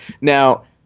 Now